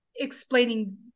explaining